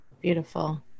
beautiful